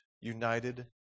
united